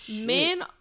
Men